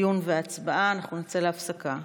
אנחנו נצא להפסקה.